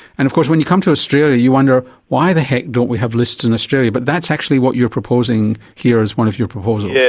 and of course when you come to australia you wonder why the heck don't we have lists in australia. but that's actually what you're proposing here as one of your proposals. yes,